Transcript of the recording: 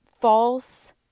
false